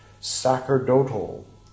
sacerdotal